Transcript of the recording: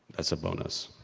that's a bonus!